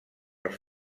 els